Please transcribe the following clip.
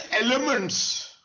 elements